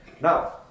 Now